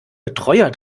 betreuer